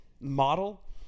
model